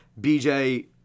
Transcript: BJ